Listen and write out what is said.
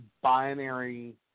binary